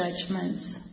judgments